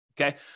okay